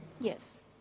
Yes